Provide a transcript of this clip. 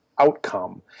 outcome